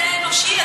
אנושי.